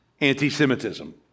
anti-Semitism